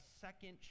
second